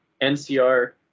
NCR